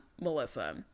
Melissa